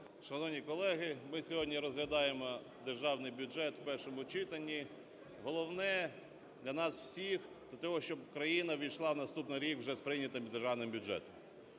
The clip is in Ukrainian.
Шановні колеги! Ми сьогодні розглядаємо Державний бюджет в першому читанні. Головне для нас всіх – це те, щоб країна увійшла в наступний рік вже з прийнятим Державний бюджетом.